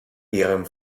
ihrem